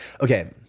Okay